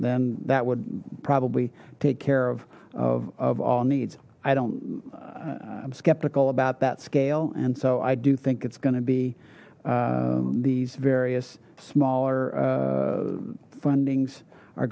then that would probably take care of of all needs i don't i'm skeptical about that scale and so i do think it's going to be these various smaller fundings are